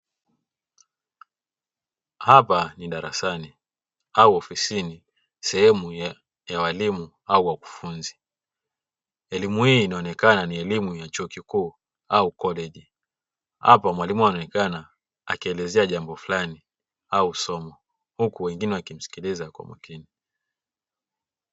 Hapa ni darasani au ofisini, sehemu ya walimu au wakufunzi, elimu hii inaonekana ni elimu ya chuo kikuu au koleji, hapa mwalimu anaonekana akielezea. jambo fulani au somo, huku wengine wakimsikiliza kwa makini.